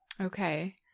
okay